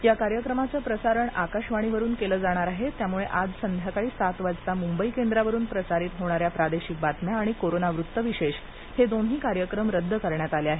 या कार्यक्रमाचं प्रसारण आकाशवाणीवरून केलं जाणार आहे त्यामुळे आज संध्याकाळी सात वाजता मुंबई केंद्रावरून प्रसारित होणाऱ्या प्रादेशिक बातम्या आणि कोरोना वृत्त विशेष हे दोन्ही कार्यक्रम रद्द करण्यात आले आहेत